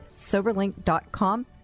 Soberlink.com